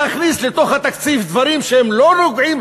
להכניס לתוך התקציב דברים שלא נוגעים